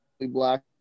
black